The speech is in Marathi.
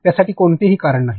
त्यासाठी कोणतेही कारण नाही